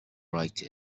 write